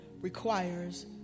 requires